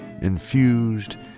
infused